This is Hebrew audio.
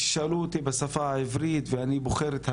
כששאלו אותי בשפה העברית והייתי צריך לבחור את המילים,